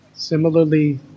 Similarly